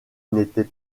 n’était